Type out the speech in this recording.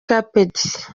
carpet